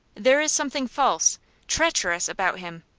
there is something false treacherous about him.